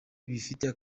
bifitiye